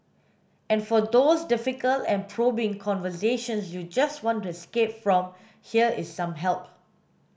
and for those difficult and probing conversations you just want to escape from here is some help